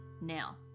now